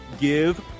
Give